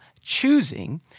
choosing